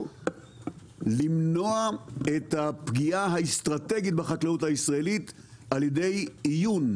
למנוע את הפגיעה האסטרטגית בחקלאות הישראלית על ידי איון